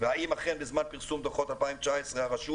והאם אכן בזמן פרסום דוחות 2019 הרשות